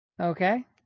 Okay